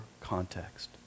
context